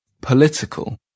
political